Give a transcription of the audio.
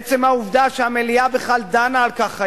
עצם העובדה שהמליאה בכלל דנה על כך היום,